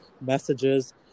messages